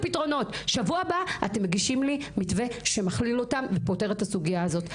בשבוע הבא אתם מגישים לי מתווה שמכליל אותן ופותר את הסוגיה הזאת.